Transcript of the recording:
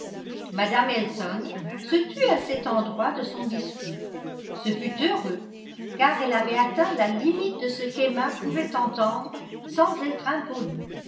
mme elton se tut à cet endroit de son discours ce fut heureux car elle avait atteint la limite de ce qu'emma pouvait entendre sans être impolie